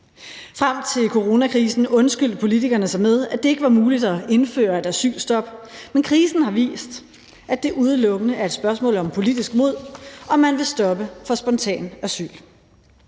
Frem til coronakrisen undskyldte politikerne sig med, at det ikke var muligt at indføre et asylstop, men krisen har vist, at det udelukkende er et spørgsmål om politisk mod, om man vil stoppe for spontant asyl.